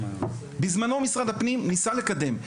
בזמנו משרד הפנים ניסה לקדם,